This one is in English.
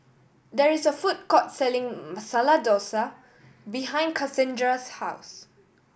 there is a food court selling Masala Dosa behind Cassandra's house